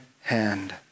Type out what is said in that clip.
hand